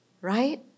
right